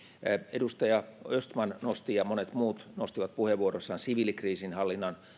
edustaja östman nosti ja monet muut nostivat puheenvuoroissaan siviilikriisinhallinnan